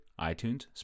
iTunes